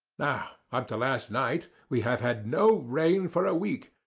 now, up to last night, we have had no rain for a week,